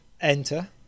enter